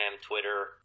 Twitter